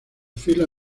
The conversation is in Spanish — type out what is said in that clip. filas